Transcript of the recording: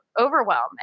overwhelm